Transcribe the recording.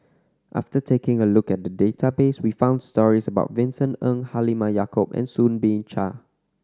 after taking a look at the database we found stories about Vincent Ng Halimah Yacob and Soo Bin Chua